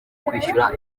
kwishyura